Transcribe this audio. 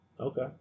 Okay